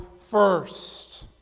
first